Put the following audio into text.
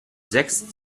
sechs